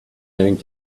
going